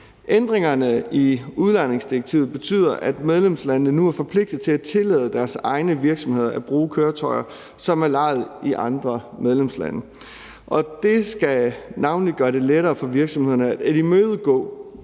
Ændringerne i udlejningsdirektivet betyder, at medlemslandene nu er forpligtet til at tillade deres egne virksomheder at bruge køretøjer, som er lejet i andre medlemslande. Det skal navnlig gøre det lettere for virksomhederne at imødegå